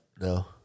No